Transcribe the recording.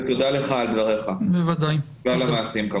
תודה לך על דבריך וכמובן על המעשים.